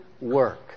work